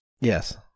Yes